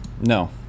No